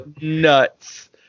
nuts